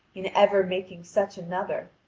in ever making such another,